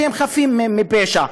שהם חפים מפשע.